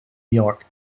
york